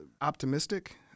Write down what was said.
Optimistic